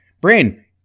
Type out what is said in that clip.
Brain